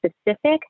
specific